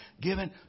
given